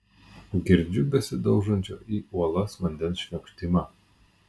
girdžiu besidaužančio į uolas vandens šniokštimą